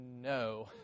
no